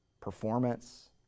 performance